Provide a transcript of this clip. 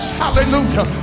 hallelujah